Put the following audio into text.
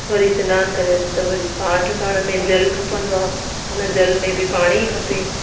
वरी सनान करे अचि त वरी पाठ करण में जलु खपंदो आहे उन जल में बि पाणी खपे